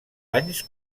anys